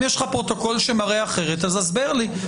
אם יש לך פרוטוקול שמראה אחרת, הסבר לי.